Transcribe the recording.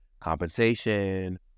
compensation